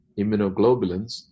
immunoglobulins